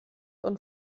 und